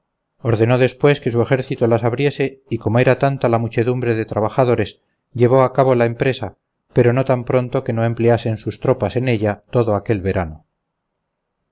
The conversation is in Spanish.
ordenó después que su ejército las abriese y como era tanta la muchedumbre de trabajadores llevó a cabo la empresa pero no tan pronto que no empleasen sus tropas en ella todo aquel verano